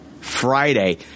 Friday